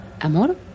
Amor